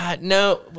No